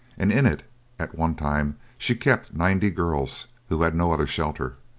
and in it at one time she kept ninety girls who had no other shelter.